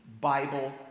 Bible